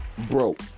broke